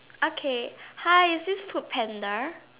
okay hi is this FoodPanda